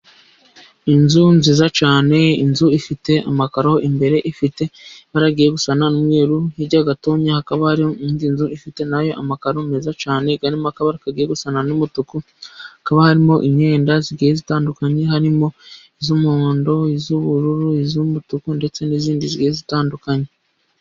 Inzu nziza cyane, inzu ifite amakaro, imbere ifite ibara rigiye gusa n'umweru, hirya gato hakaba hari indizu ifite nayo amakaro meza cyane, arimo akabara kagiye gusana n'umutuku, hakaba harimo imyenda igiyeye itandukanye, harimo iz'umuhondo, iz'ubururu iz'umutuku ndetse n'izindi zigiye zitandukanye.